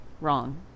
wrong